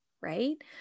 right